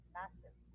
massive